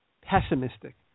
Pessimistic